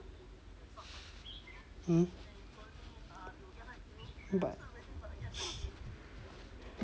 mmhmm but